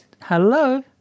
Hello